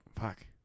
Fuck